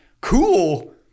Cool